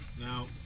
Now